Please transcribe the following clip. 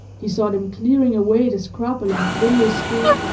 he saw them clearing away the scrub along flinders street,